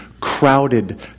crowded